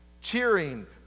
Cheering